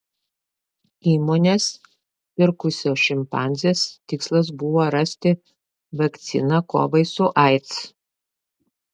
įmonės pirkusios šimpanzes tikslas buvo rasti vakciną kovai su aids